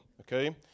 okay